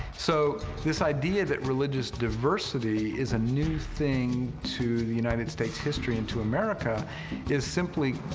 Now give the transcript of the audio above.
so, this idea that religious diversity is a new thing to the united states' history and to america is simply,